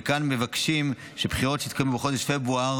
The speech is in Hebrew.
וכאן מבקשים שבבחירות שהתקיימו בחודש פברואר,